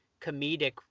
comedic